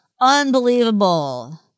Unbelievable